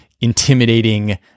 intimidating